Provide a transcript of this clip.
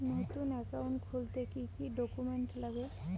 নতুন একাউন্ট খুলতে কি কি ডকুমেন্ট লাগে?